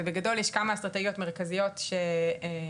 ובגדול ישנן כמה אסטרטגיות מרכזיות שמשקיעים